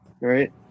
right